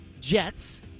Jets